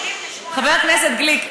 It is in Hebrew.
חבר הכנסת גליק,